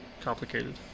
complicated